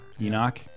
Enoch